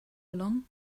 along